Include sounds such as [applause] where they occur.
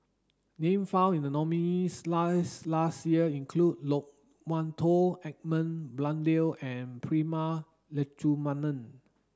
name found in the nominees' [unintelligible] last year include Loke Wan Tho Edmund Blundell and Prema Letchumanan